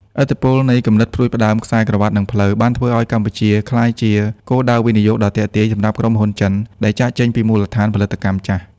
ឥទ្ធិពលនៃ គំនិតផ្ដួចផ្ដើមខ្សែក្រវាត់ និងផ្លូវបានធ្វើឱ្យកម្ពុជាក្លាយជាគោលដៅវិនិយោគដ៏ទាក់ទាញសម្រាប់ក្រុមហ៊ុនចិនដែលចាកចេញពីមូលដ្ឋានផលិតកម្មចាស់។